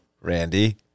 Randy